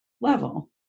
level